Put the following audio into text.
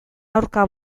aurka